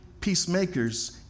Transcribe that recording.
Peacemakers